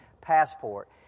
passport